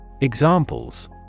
Examples